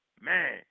man